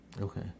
okay